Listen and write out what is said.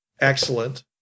excellent